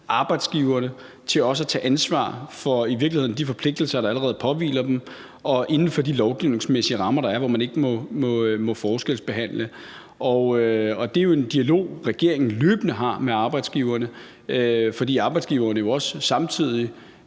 arbejdsgiverne til også at tage ansvar for de forpligtelser, der i virkeligheden allerede påhviler dem inden for de lovgivningsmæssige rammer, der er, hvor man ikke må forskelsbehandle. Det er jo en dialog, regeringen løbende har med arbejdsgiverne, fordi arbejdsgiverne jo også samtidig